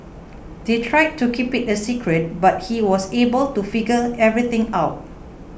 they tried to keep it a secret but he was able to figure everything out